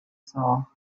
saw